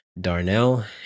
darnell